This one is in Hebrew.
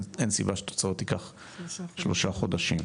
אין סיבה שתוצאות ייקחו שלושה חודשה חודשים.